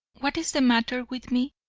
what is the matter with me?